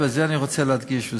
אני רוצה להדגיש,